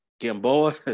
Gamboa